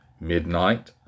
midnight